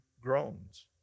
groans